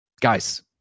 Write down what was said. Guys